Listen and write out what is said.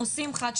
עושים אחת,